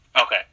Okay